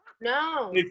No